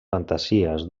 fantasies